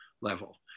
level